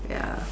ya